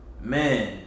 man